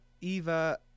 Eva